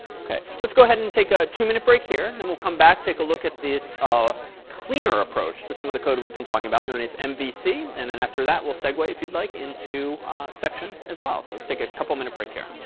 ok. let's go ahead and take a two-minute break here and then we'll come back, take a look at this cleaner approach to some of the code we've been talking about known as and mvc. and then after that, we'll segue if you'd like into section as well. so let's take a couple minute break here.